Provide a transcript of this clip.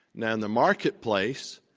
now, in the marketplace,